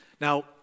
Now